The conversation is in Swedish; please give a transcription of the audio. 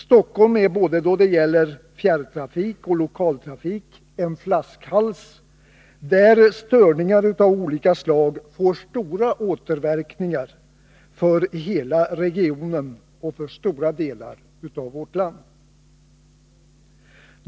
Stockholm är både då det gäller fjärrtrafik och då det gäller lokaltrafik en flaskhals, där störningar av olika slag får stora återverkningar för hela regionen och för stora delar av vårt land.